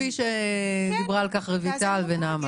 כפי שדיברו על כך רויטל ונעמה.